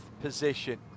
position